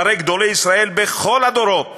שהרי גדולי ישראל בכל הדורות